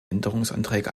änderungsanträge